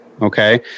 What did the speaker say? Okay